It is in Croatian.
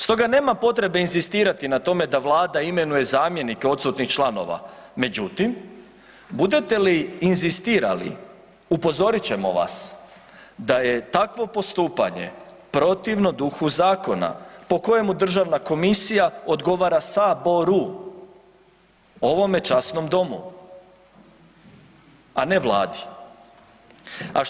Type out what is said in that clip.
Stoga nema potrebe inzistirati na tome da Vlada imenuje zamjenike odsutnih članova, međutim budete li inzistirali upozorit ćemo vas da je takvo postupanje protivno duhu zakona po kojemu državna komisija odgovara Saboru, ovome časnom domu, a ne Vladi.